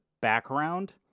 background